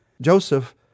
Joseph